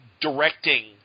directing